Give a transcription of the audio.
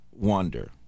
wonder